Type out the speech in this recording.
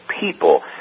people